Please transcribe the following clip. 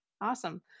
Awesome